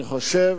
אני חושב